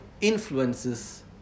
influences